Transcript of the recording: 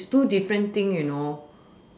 is two different thing you know